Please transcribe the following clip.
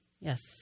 Yes